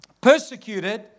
Persecuted